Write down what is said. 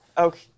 Okay